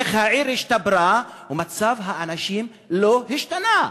איך העיר השתפרה ומצב האנשים לא השתנה?